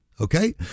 Okay